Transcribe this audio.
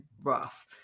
rough